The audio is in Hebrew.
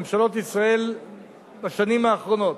ממשלות ישראל בשנים האחרונות,